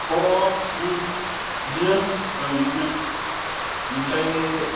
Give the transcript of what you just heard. अ अ उम बिदिनो ओं बिदिनो ओमफाय